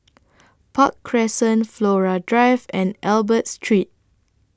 Park Crescent Flora Drive and Albert Street